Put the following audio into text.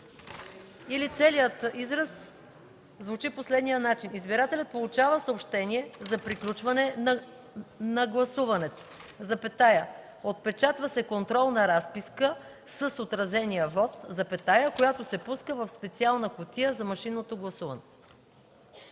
Или целият израз звучи по следния начин: „Избирателят получава съобщение за приключване на гласуването, отпечатва се контролна разписка с отразения вот, която се пуска в специална кутия за машинното гласуване”.